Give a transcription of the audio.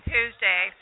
Tuesday